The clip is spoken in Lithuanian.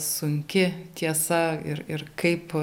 sunki tiesa ir ir kaip